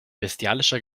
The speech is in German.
bestialischer